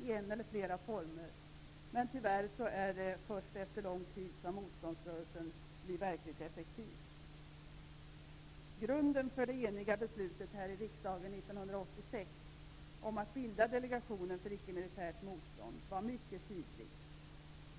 i en eller flera former, men tyvärr är det först efter lång tid som motståndsrörelsen blir verkligt effektiv. Grunden för det eniga beslutet här i riksdagen 1986 om att bilda Delegationen för icke-militärt motstånd var mycket tydlig.